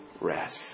rest